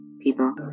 people